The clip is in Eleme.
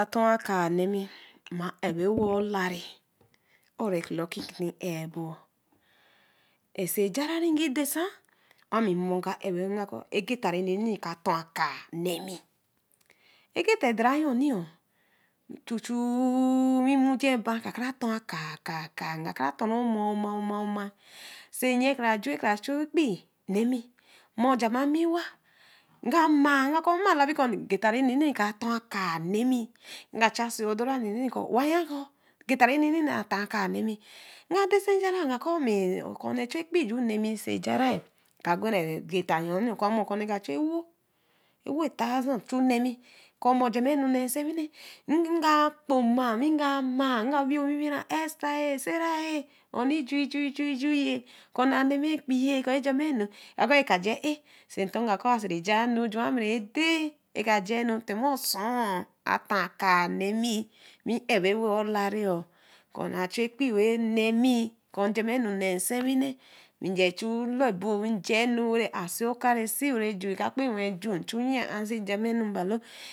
ɛto-oh nemi nma ɛbo wel ura ɛrro clocki ti ɛbo ɛsa jara rike dasaa wa anuno nga ɛbo urai we ga kɔ ɛgita-nene ka tor-a-ka neme ɛgita dere yoni ju-u oh we mugi ɛba kakara too aka-aka oma-oma sa nyi kara-ju we ju ekpii nemi mom jama-nmi-wa nga mah we ga labi kɔ egita nee ne ga'tor-aka neme we ga chaa sie odo-ra wa ya kɔ egita neme ator-aka neme nga dasii ɛjara kɔ me okurae ju ekpii ju remi so jara ɛl ga gwa ri geta-oh ka mo o'kɔhe a achu awuu thousand kɔ mo jama ɛnu he scwini we ga gboma we wii owiwi-oh ɛsther, sarah owii ju-ju-h okune anemi ɛkpii kɔ ra-jama we ka kɔ nga ja a se-ntor nga kɔ asi si jama enju juu me ri ɛde tema oso-a towel aka neme kɔ be ɛbo-wii olari kɔne achu ɛkpii we nema kɔ njame ɛnu nee se-winee we ga chu lobo wel janu wera si oka, we ri ka kpewe ju chu ye ah si jama ɛnu mbalo